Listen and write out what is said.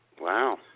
Wow